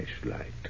flashlight